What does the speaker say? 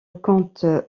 comte